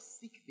seek